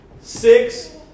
Six